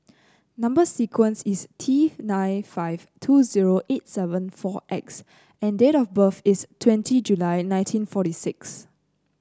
number sequence is T nine five two zero eight seven four X and date of birth is twenty July nineteen forty six